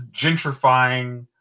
gentrifying